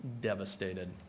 devastated